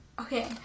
Okay